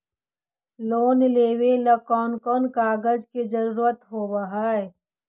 Loan लेबे ला कौन कौन कागजात के जरुरत होबे है?